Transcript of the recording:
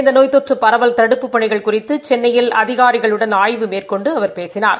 இந்த நோய் தொற்று பரவல் தடுப்புப் பணிகள் குறித்து சென்னையில் அதிகாரிகளுடன் ஆய்வு மேற்கொண்டு அவர் பேசினார்